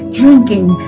drinking